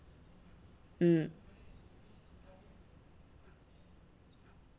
mm